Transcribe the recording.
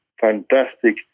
fantastic